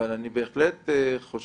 אבל אני בהחלט חושב